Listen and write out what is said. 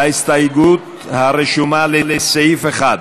הסתייגות הרשומה לסעיף 1,